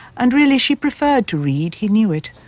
and really, she preferred to read, he knew it.